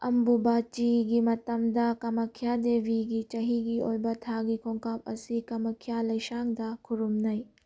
ꯑꯝꯕꯨ ꯕꯥꯆꯤꯒꯤ ꯃꯇꯝꯗ ꯀꯃꯥꯈ꯭ꯌꯥ ꯗꯦꯕꯤꯒꯤ ꯆꯍꯤꯒꯤ ꯑꯣꯏꯕ ꯊꯥꯒꯤ ꯈꯣꯡꯀꯥꯞ ꯑꯁꯤ ꯀꯃꯥꯈ꯭ꯌꯥ ꯂꯥꯏꯁꯥꯡꯗ ꯈꯨꯔꯨꯝꯅꯩ